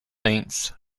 saints